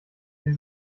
sie